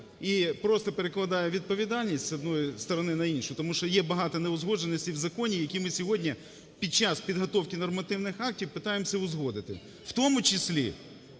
і просто перекладає відповідальність з однієї сторони на іншу, тому що є багато неузгодженостей в законі, які ми сьогодні, під час підготовки нормативних актів, пытаемся узгодити,